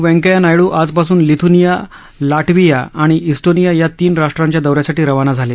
व्यंकेय्या नायडू आजपासून लीथ्नीया ला व्हीया आणि इस् ोनीया या तीन राष्ट्रांच्या दौऱ्यासाठी रवाना झाले